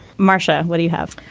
marcia. what do you have?